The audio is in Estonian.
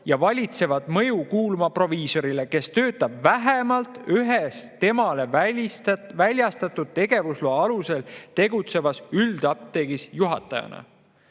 ja valitsev mõju kuuluma proviisorile, kes töötab vähemalt ühes temale väljastatud tegevusloa alusel tegutsevas üldapteegis juhatajana.